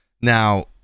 now